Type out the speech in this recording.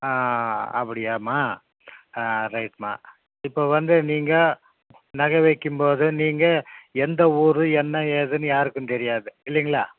ஆ அப்படியாம்மா ஆ ரைட்டும்மா இப்போது வந்து நீங்கள் நகை வைக்கும்போது நீங்கள் எந்த ஊர் என்ன ஏதுன்னு யாருக்கும் தெரியாது இல்லைங்களா